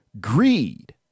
Greed